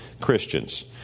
Christians